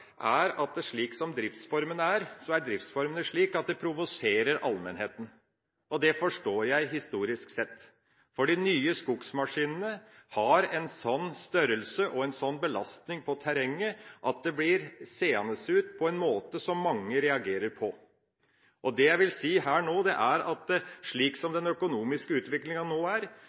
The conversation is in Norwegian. at driftsformene er slik at de provoserer allmennheten. Og det forstår jeg historisk sett, for de nye skogsmaskinene har en sånn størrelse og gir en sånn belastning på terrenget at det blir seende ut på en måte som mange reagerer på. Som den økonomiske utviklinga er nå, er det i ferd med å bli slik